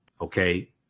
Okay